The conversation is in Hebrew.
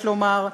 יש לומר.